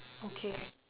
okay